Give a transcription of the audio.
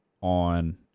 on